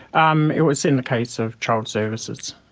um it was in the case of child services.